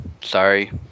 Sorry